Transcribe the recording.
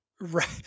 right